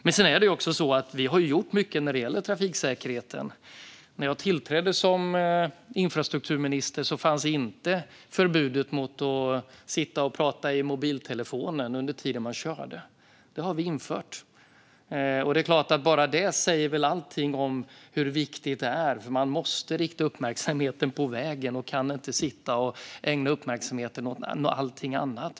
Men vi har också gjort mycket när det gäller trafiksäkerheten. När jag tillträdde som infrastrukturminister fanns inte förbudet mot att sitta och prata i mobiltelefonen under tiden man kör. Det har vi infört. Det är klart att bara det säger allting om hur viktigt det här är, för man måste rikta uppmärksamheten på vägen och kan inte sitta och ägna uppmärksamheten åt att allting annat.